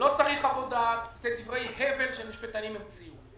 צריך חוות דעת, זה דברי הבל שהמשפטנים המציאו.